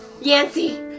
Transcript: Yancy